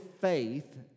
faith